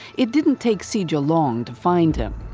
it didn't take so cija long to find him,